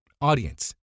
Audience